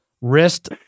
Wrist